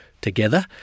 together